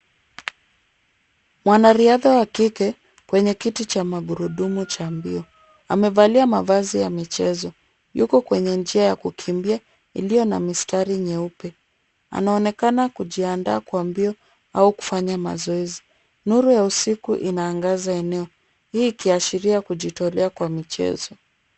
Mwanariadha wa kike kwenye kiti cha magurudumu cha mbio. Amevalia mavazi ya michezo. Yuko kwenye njia ya kukimbia iliyo na mistari nyeupe. Anaonekana kujiandaa kwa mbio au kufanya mazoezi. Nuru ya usiku inaangaza eneo ,hii ikiashiria kujitolea kwa michezo.